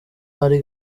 ari